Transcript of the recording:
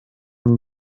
این